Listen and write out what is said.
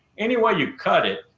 any way you cut it,